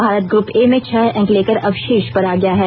Bharat group A में छह अंक लेकर अब शीर्ष पर आ गया है